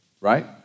right